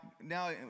now